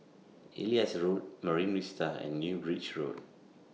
Elias Road Marine Vista and New Bridge Road